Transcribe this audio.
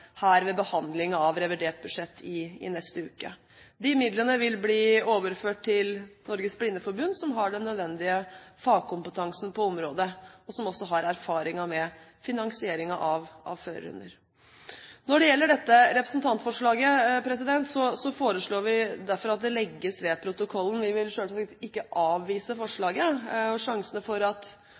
ved behandlingen av revidert budsjett her i neste uke. De midlene vil bli overført til Norges Blindeforbund som har den nødvendige fagkompetansen på området, og som også har erfaringen med finansieringen av førerhunder. Når det gjelder dette representantforslaget, foreslår vi derfor at det legges ved protokollen. Vi vil selvsagt ikke avvise forslaget, og sjansen for at